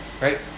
right